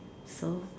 so